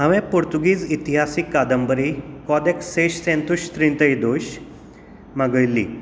हांवें पुर्तूगीज इतिहासीक कादंबरी कोदेक स्तेद्र सोंतूश स्रेन तायदूश मागयल्ली